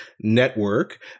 network